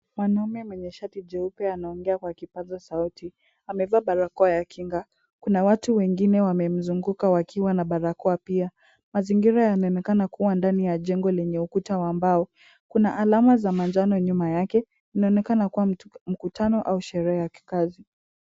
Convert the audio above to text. Mwanaume mwenye shati jeupe anaongea kwa kipaza sauti, amevaa barakoa ya kinga. Kuna watu wengine wamemzunguka wakiwa na barakoa pia. Mazingira yanaonekana kuwa ndani ya jengo lenye ukuta wa mbao. Kuna alama za manjano nyuma yake, inaonekana kuwa mkutano au sherehe ya kikazi.